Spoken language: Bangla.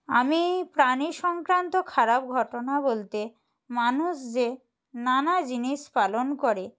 আমি প্রাণী সংক্রান্ত খারাপ ঘটনা বলতে মানুষ যে নানা জিনিস পালন করে